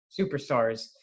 superstars